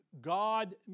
God